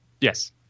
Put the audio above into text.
Yes